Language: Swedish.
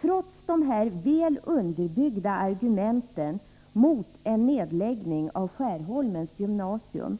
Trots de här väl underbyggda argumenten mot en nedläggning av Skärholmens gymnasium